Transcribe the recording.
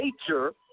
nature